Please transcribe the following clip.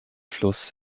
fluss